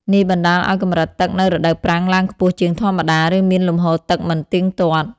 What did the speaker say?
នេះបណ្តាលឱ្យកម្រិតទឹកនៅរដូវប្រាំងឡើងខ្ពស់ជាងធម្មតា ឬមានលំហូរទឹកមិនទៀងទាត់។